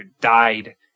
died